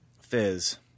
Fizz